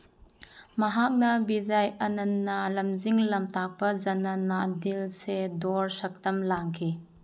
ꯃꯍꯥꯛꯅ ꯕꯤꯖꯩ ꯑꯥꯅꯟꯅ ꯂꯝꯖꯤꯡ ꯂꯝꯇꯥꯛꯄ ꯖꯅꯥꯅꯥꯗꯤꯜ ꯁꯦꯗꯣꯔ ꯁꯛꯇꯝ ꯂꯥꯡꯈꯤ